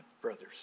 brothers